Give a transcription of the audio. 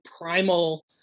primal